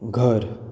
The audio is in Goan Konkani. घर